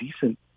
decent